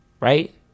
right